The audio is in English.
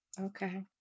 Okay